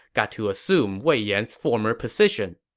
got to assume wei yan's former position.